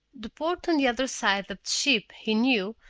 the port on the other side of the ship, he knew,